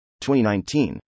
2019